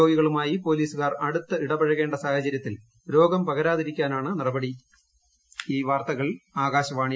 രോഗികളുമായി പോലീസുകാർ അടൂത്ത് ്ഇടപഴകേണ്ട സാഹചര്യത്തിൽ രോഗം പകരാതിരിക്കാനാണ് നടപ്പട്ടി